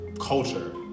culture